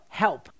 help